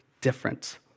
different